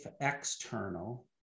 external